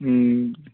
ம்